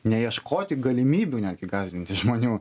neieškoti galimybių netgi gąsdinti žmonių